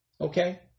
Okay